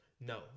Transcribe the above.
No